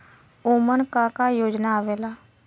उमन का का योजना आवेला?